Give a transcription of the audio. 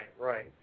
right